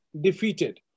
defeated